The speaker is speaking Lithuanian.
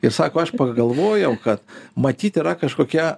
ir sako aš pagalvojau kad matyt yra kažkokia